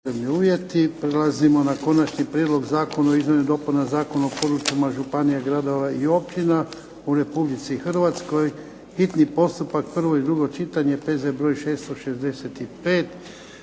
(HDZ)** Prelazimo na - Konačni prijedlog zakona o izmjenama i dopunama Zakona o područjima županija, gradova i općina u Republici Hrvatskoj, hitni postupak, prvo i drugo čitanje, P.Z. br. 665.